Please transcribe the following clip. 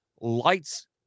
lights